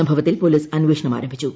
സംഭ വത്തിൽ പൊലീസ് അന്വേഷണം ആരംഭിച്ചു